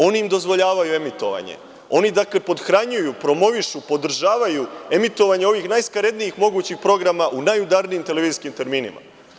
Oni im dozvoljavaju emitovanje, oni pothranjuju, promovišu, podržavaju emitovanje ovih najskaradnijih mogućih programa u najudarnijim televizijskim terminima.